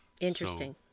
Interesting